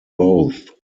both